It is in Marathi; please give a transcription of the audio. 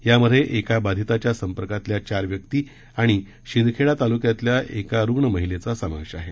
यामध्ये एका बाधिताच्या संपर्कातल्या चार व्यक्ती आणि शिंदखेडा तालुक्यातल्या एका रुग्ण महिलेचा समावेश आहे